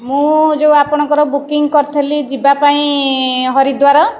ମୁଁ ଯେଉଁ ଆପଣଙ୍କର ବୁକିଂ କରିଥିଲି ଯିବାପାଇଁ ହରିଦ୍ଵାର